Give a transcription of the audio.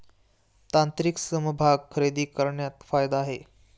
तांत्रिक समभाग खरेदी करण्यात फायदा आहे